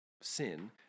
sin